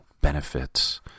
benefits